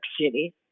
City